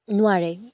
নোৱাৰে